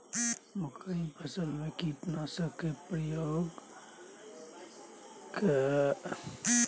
मकई फसल में कीटनासक के प्रयोग प्रति बीघा कतेक लीटर करय के चाही?